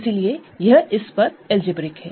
इसलिए यह इस पर अलजेब्रिक है